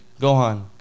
Gohan